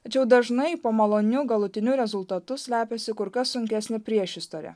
tačiau dažnai po maloniu galutiniu rezultatu slepiasi kur kas sunkesnė priešistorė